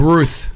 Ruth